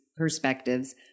perspectives